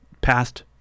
past